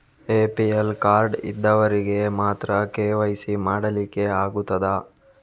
APL card ಇದ್ದವರಿಗೆ ಮಾತ್ರ KYC ಮಾಡಲಿಕ್ಕೆ ಆಗುತ್ತದಾ?